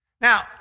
Now